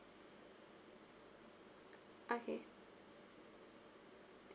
okay